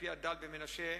אלפי הדל במנשה,